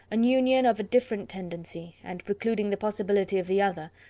an union of a different tendency, and precluding the possibility of the other,